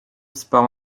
spał